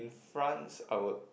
France I would